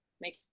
make